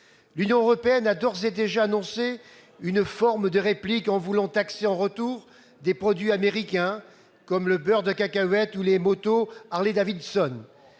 L'Union européenne a d'ores et déjà annoncé une forme de réplique, en exprimant sa volonté de taxer en retour des produits américains comme le beurre de cacahuète ou les motos Harley-Davidson.